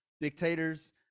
dictators